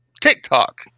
TikTok